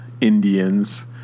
Indians